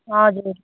हजुर